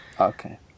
Okay